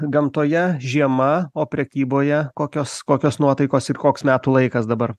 gamtoje žiema o prekyboje kokios kokios nuotaikos ir koks metų laikas dabar